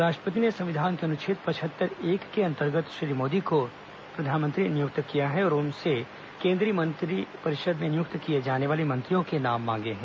राष्ट्रपति ने संविधान के अनुच्छेद पचहत्तर एक के अंतर्गत श्री मोदी को प्रधानमंत्री नियुक्त किया है और उनसे केन्द्रीय मंत्रि परिषद में नियुक्त किये जाने वाले मंत्रियों के नाम मांगे हैं